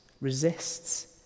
resists